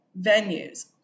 venues